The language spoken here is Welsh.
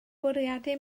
bwriadu